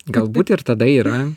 galbūt ir tada yra